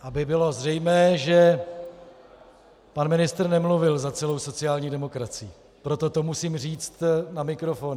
Aby bylo zřejmé, že pan ministr nemluvil za celou sociální demokracii, proto to musím říct na mikrofon.